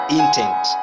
intent